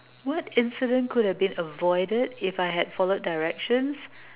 what incidence could have been avoided if I had followed directions